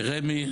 לרמ"י,